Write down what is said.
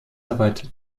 erweitert